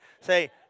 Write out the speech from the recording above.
Say